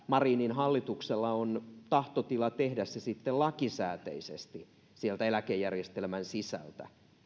marinin hallituksella on tahtotila tehdä se sitten lakisääteisesti sieltä eläkejärjestelmän sisältä